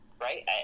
right